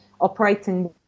operating